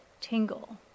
tingle